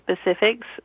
specifics